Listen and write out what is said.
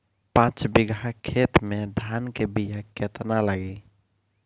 पाँच बिगहा खेत में धान के बिया केतना लागी?